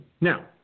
Now